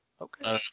Okay